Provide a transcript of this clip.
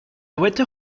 water